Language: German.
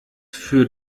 für